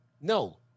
No